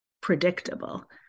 predictable